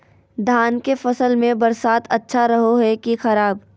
धान के फसल में बरसात अच्छा रहो है कि खराब?